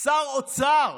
שר אוצר,